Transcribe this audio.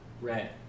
Red